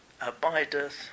abideth